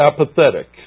Apathetic